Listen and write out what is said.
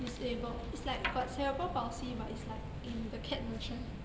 disabled is like got cerebral palsy but it's like in the cat version